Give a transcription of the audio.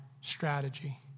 strategy